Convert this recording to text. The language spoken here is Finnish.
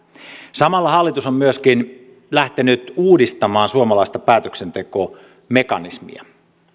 samalla hallitus on myöskin lähtenyt uudistamaan suomalaista päätöksentekomekanismia